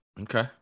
Okay